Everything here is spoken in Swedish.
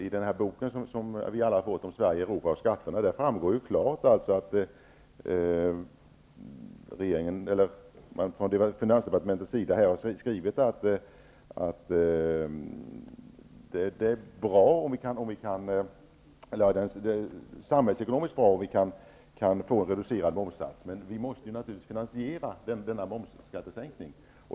I den bok som vi alla har fått om Sverige, Europa och skatterna, framgår det klart från finansdepartementets sida att det är samhällsekonomiskt bra med en reducerad momssats. Men momssänkningen måste naturligtvis finansieras.